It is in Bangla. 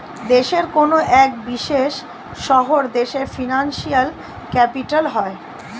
দেশের কোনো এক বিশেষ শহর দেশের ফিনান্সিয়াল ক্যাপিটাল হয়